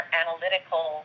analytical